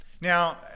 Now